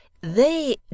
They